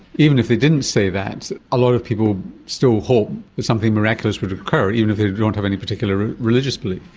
even if they didn't say that, a lot of people still hope that something miraculous would occur, even if they don't have any particular religious belief.